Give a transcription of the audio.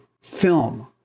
film